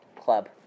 Club